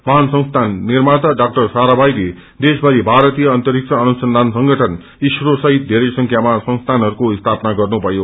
महान संसीन निर्माता झा साराभाइले देशमरि भारतीय अन्तरिक्ष अनुसन्धान संगठन इसरो सहित धेरै संख्यामा संसीनहस्को स्थापना गर्नुभयो